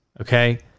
Okay